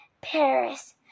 Paris